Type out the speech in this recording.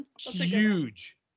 Huge